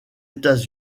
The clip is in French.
états